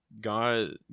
God